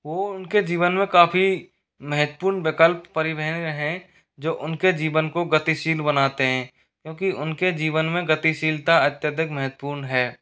वो उनके जीवन में काफ़ी महत्वपूर्ण विकल्प परिवहन हैं जो उनके जीवन को गतिशील बनाते हैं क्योंकि उनके जीवन में गतिशीलता अत्यधिक महत्वपूर्ण है